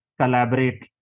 collaborate